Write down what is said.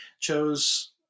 chose